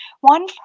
one